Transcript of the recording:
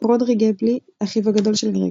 רודריק הפלי - אחיו הגדול של גרג.